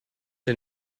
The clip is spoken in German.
dir